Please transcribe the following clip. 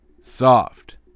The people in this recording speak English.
Soft